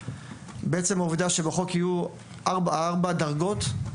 מעצם העובדה שבחוק יהיו ארבע דרגות,